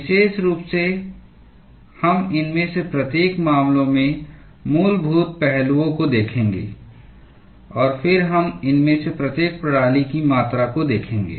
विशेष रूप से हम इनमें से प्रत्येक मामले में मूलभूत पहलुओं को देखेंगे और फिर हम इनमें से प्रत्येक प्रणाली की मात्रा को देखेंगे